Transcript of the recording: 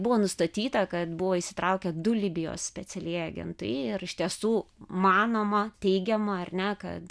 buvo nustatyta kad buvo įsitraukę du libijos specialieji agentai ir iš tiesų manoma teigiama ar ne kad